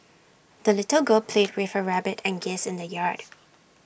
the little girl played with her rabbit and geese in the yard